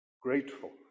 grateful